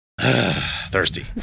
Thirsty